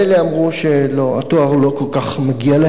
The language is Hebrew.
אמרו שהתואר לא כל כך מגיע להם.